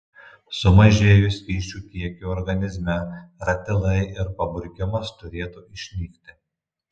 sumažėjus skysčių kiekiui organizme ratilai ir paburkimas turėtų išnykti